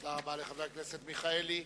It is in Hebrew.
תודה רבה לחבר הכנסת מיכאלי.